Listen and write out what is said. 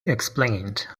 explained